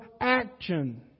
action